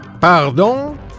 Pardon